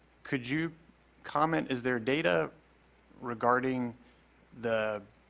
could you comment, is there data regarding the